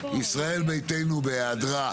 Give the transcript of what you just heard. "ישראל ביתנו" בהיעדרה.